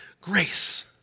grace